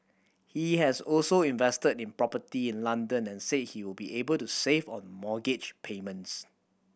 he has also invested in property in London and said he will be able to save on mortgage payments